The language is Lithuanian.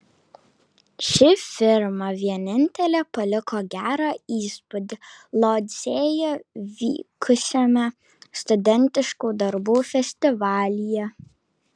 ši firma vienintelė paliko gerą įspūdį lodzėje vykusiame studentiškų darbų festivalyje